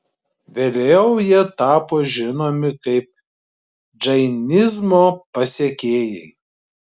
vėliau jie tapo žinomi kaip džainizmo pasekėjai